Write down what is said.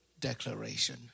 declaration